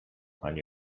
ani